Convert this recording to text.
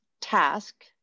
task